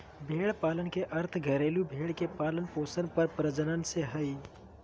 भेड़ पालन के अर्थ घरेलू भेड़ के पालन पोषण आर प्रजनन से हइ